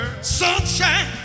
sunshine